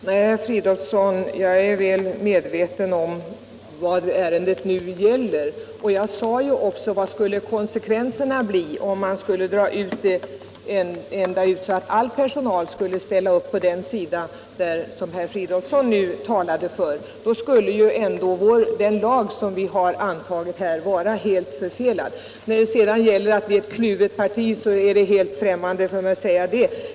Herr talman! Nej, jag är väl medveten om vad ärendet nu gäller, herr Fridolfsson, och jag ställde också frågan vilka konsekvenserna skulle bli om man skulle driva resonemanget till sin spets, dvs. om all personal skulle ställa sig bakom den uppfattning som herr Fridolfsson nu talade för. Då skulle ändå den lag som vi nu skall anta vara helt förfelad. Att vårt parti skulle vara kluvet i denna fråga är vidare för mig något helt främmande.